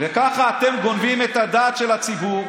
וככה אתם גונבים את הדעת של הציבור,